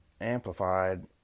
amplified